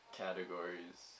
categories